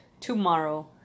Tomorrow